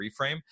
reframe